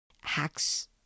hacks